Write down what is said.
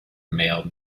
male